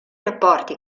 rapporti